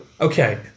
Okay